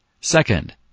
Second